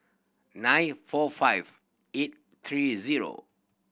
nine four five eight three zero